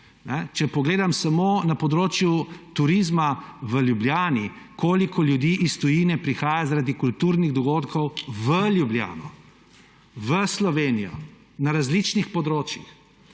Če pogledam samo na področju turizma v Ljubljani, koliko ljudi iz tujine prihaja zaradi kulturnih dogodkov v Ljubljano, v Slovenijo, na različnih področjih!